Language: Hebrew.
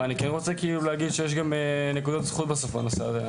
אני רוצה להגיד שיש גם נקודות זכות בנושא הזה.